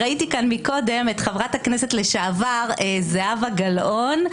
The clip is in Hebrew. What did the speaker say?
ראיתי כאן קודם את חברת הכנסת לשעבר זהבה גלאון,